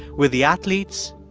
with the athletes,